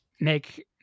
make